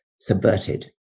subverted